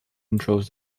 controls